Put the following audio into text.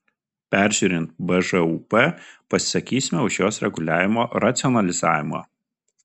peržiūrint bžūp pasisakysime už jos reguliavimo racionalizavimą